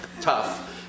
tough